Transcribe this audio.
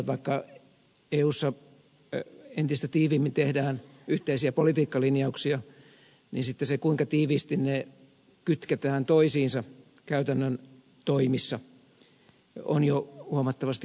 vaikka eussa entistä tiiviimmin tehdään yhteisiä politiikkalinjauksia niin sitten se kuinka tiiviisti ne kytketään toisiinsa käytännön toimissa on jo huomattavasti heikompaa